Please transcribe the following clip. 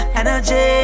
energy